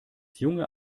junge